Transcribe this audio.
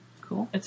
Cool